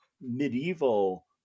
medieval